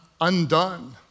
undone